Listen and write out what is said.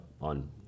on